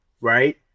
right